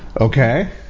okay